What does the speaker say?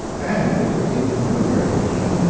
and if we knew where to begin,